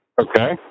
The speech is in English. Okay